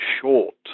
short